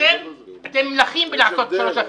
אתם מלכים בלעשות שלוש הצבעות.